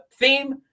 theme